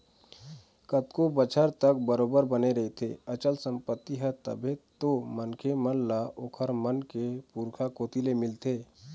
कतको बछर तक बरोबर बने रहिथे अचल संपत्ति ह तभे तो मनखे मन ल ओखर मन के पुरखा कोती ले मिलथे